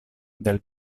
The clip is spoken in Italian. del